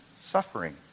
suffering